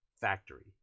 factory